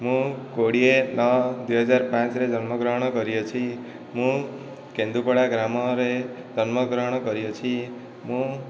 ମୁଁ କୋଡ଼ିଏ ନଅ ଦୁଇ ହଜାର ପାଞ୍ଚରେ ଜନ୍ମଗ୍ରହଣ କରିଅଛି ମୁଁ କେନ୍ଦୁପଡ଼ା ଗ୍ରାମରେ ଜନ୍ମଗ୍ରହଣ କରିଅଛି ମୁଁ